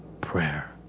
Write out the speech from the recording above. prayer